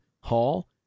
hall